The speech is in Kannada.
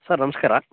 ಸರ್ ನಮಸ್ಕಾರ